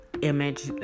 image